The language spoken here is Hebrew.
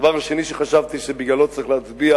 הדבר השני שחשבתי שבגללו צריך להצביע